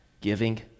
giving